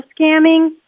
scamming